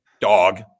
dog